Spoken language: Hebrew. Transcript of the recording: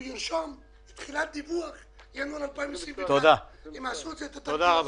אבל הוא ירשום תחילת דיווח בינואר 2021. הם עשו את התרגיל הזה.